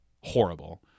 horrible